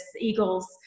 Eagles